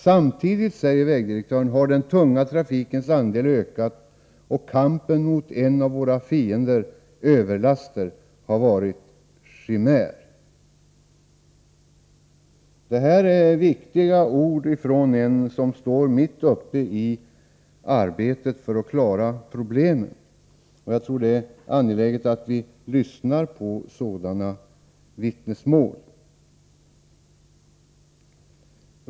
Samtidigt har den tunga trafikens andel ökat och kampen mot en av våra fiender ”överlaster” har varit chimär.” Detta är viktiga ord från en som står mitt uppe i arbetet med att lösa problemen. Det är angeläget att vi lyssnar på sådana vittnesmål.